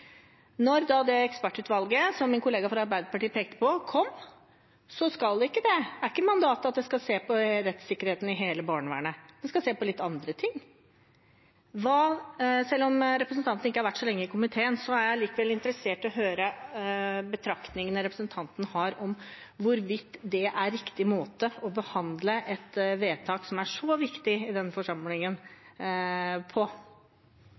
Da det ekspertutvalget kom, som min kollega fra Arbeiderpartiet pekte på, var ikke mandatet at det skulle se på rettssikkerheten i hele barnevernet; det skal se på litt andre ting. Selv om representanten ikke har vært så lenge i komiteen, er jeg likevel interessert i å høre betraktningene representanten har om hvorvidt det er riktig måte å behandle et så viktig vedtak på i denne forsamlingen. Jeg har begynt å lese meg opp på